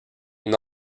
une